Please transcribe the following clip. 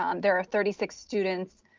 um there are thirty six students